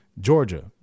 Georgia